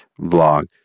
vlog